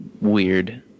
weird